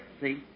See